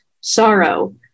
sorrow